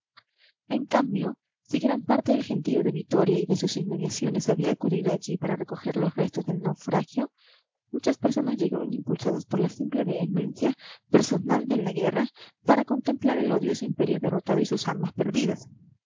en cambio si gran parte del gentío de vitoria y de sus inmediaciones había acudido allí para recoger los restos del naufragio muchas personas llegaban impulsadas por la simple vehemencia personal de la guerra para contemplar el odioso imperio derrotado y sus armas perdidas